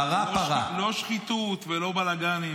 לא שחיתות ולא בלגנים.